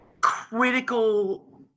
critical